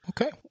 okay